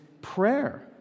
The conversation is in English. prayer